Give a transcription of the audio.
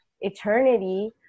eternity